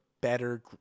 better